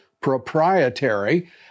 proprietary